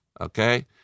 okay